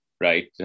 right